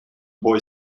boy